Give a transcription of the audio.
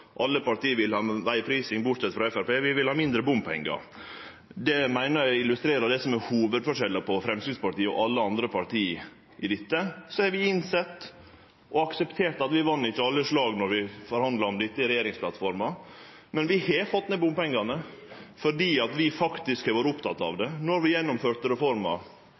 bortsett frå Framstegspartiet, vil ha vegprising. Vi vil ha mindre bompengar. Det meiner eg illustrerer kva som er hovudforskjellen på Framstegspartiet og alle andre parti når det gjeld dette. Vi har innsett og akseptert at vi ikkje vann alle slaga då vi forhandla om dette i arbeidet med regjeringsplattforma. Men vi har fått ned bompengane, fordi vi var opptekne av det då vi gjennomførte reforma,